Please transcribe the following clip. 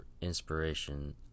inspiration